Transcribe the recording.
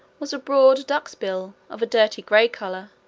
was a broad duck's bill, of a dirty grey colour